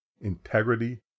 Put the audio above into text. integrity